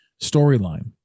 storyline